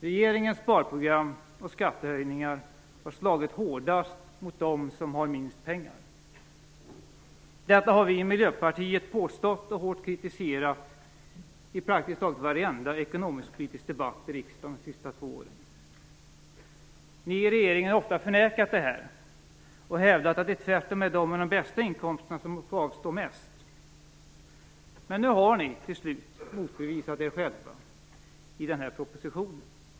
Regeringens sparprogram och skattehöjningar har slagit hårdast mot dem som har minst pengar! Detta har vi i Miljöpartiet påstått och hårt kritiserat i praktiskt taget varenda ekonomiskpolitisk debatt i riksdagen de senaste två åren. Ni i regeringen har ofta förnekat det, och hävdat att det tvärtom är de med de bästa inkomsterna som får avstå mest. Men nu har ni till slut motbevisat er själva i den här propositionen.